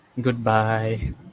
Goodbye